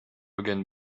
again